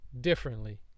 differently